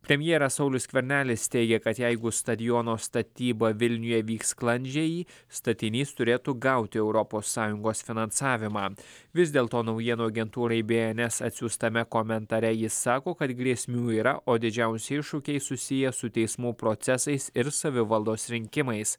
premjeras saulius skvernelis teigia kad jeigu stadiono statyba vilniuje vyks sklandžiai statinys turėtų gauti europos sąjungos finansavimą vis dėl to naujienų agentūrai be en es atsiųstame komentare jis sako kad grėsmių yra o didžiausi iššūkiai susiję su teismų procesais ir savivaldos rinkimais